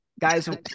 guys